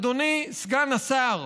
אדוני סגן השר,